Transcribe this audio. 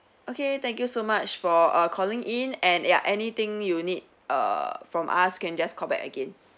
okay thank you so much for err calling in and ya anything you need err from us you can just call back again